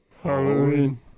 Halloween